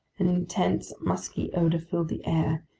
an intense, musky odor filled the air.